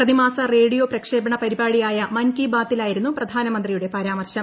പ്രതിമാസ റേഡിയോ പ്രക്ഷേപണ പരിപാടിയായ മൻ കി ബാത്തിലായിരുന്നു പ്രധാനമന്ത്രിയുടെ പരാമർശം